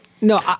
no